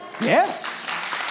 Yes